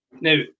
Now